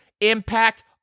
impact